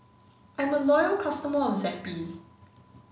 I'm a loyal customer of zappy